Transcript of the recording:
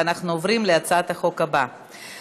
אנחנו עוברים להצעת החוק הבאה,